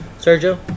Sergio